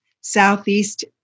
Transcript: Southeast